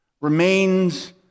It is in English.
remains